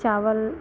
चावल